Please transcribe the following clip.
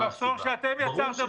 זה מחסור שאתם יצרתם.